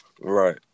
Right